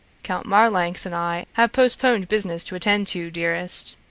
count marlanx and i have postponed business to attend to, dearest.